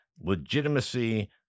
legitimacy